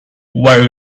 where